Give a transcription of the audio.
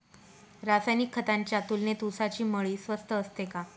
रासायनिक खतांच्या तुलनेत ऊसाची मळी स्वस्त असते का?